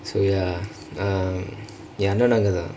so ya um என் ஆனும் அங்க தான்:en annanum angka thaan